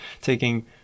taking